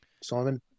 simon